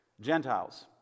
Gentiles